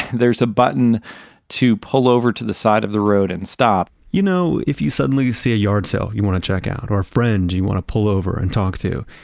there's a button to pull over to the side of the road and stop you know, if you suddenly see a yard sale you want to check out or a friend you you want to pull over and talk to,